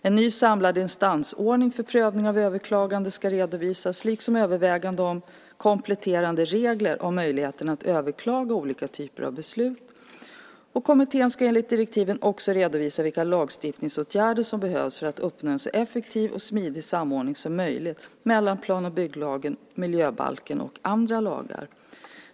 En ny samlad instansordning för prövning av överklaganden ska redovisas liksom överväganden om kompletterande regler om möjligheterna att överklaga olika typer av beslut. Kommittén ska enligt direktiven också redovisa vilka lagstiftningsåtgärder som behövs för att uppnå en så effektiv och smidig samordning som möjligt mellan plan och bygglagen, miljöbalken och andra lagar.